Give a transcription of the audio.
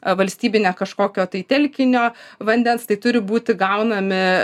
valstybinio kažkokio tai telkinio vandens tai turi būti gaunami